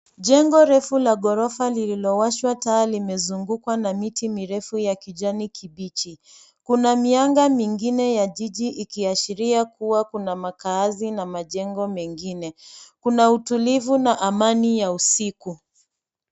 Jengo refu la ghorofa lililowashwa taa limezungukwa na miti mirefu ya kijani kibichi. Kuna mianga mingine ya jiji ikiashiria kuwa kuna makaazi na majengo mengine. Kuna utulivu na amani ya usiku.